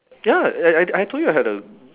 ya I I I told you I had to